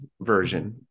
version